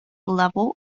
level